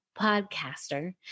podcaster